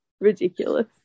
Ridiculous